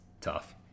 tough